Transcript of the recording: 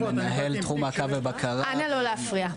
מנהל תחום מעקב ובקרה,